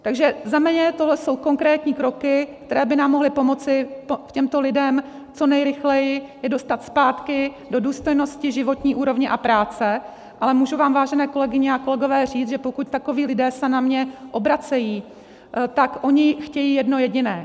Takže za mě tohle jsou konkrétní kroky, které by nám mohly pomoci těmto lidem, co nejrychleji je dostat zpátky do důstojnosti životní úrovně a práce, ale můžu vám, vážené kolegyně a kolegové říct, že pokud takoví lidé se na mě obracejí, tak oni chtějí jedno jediné.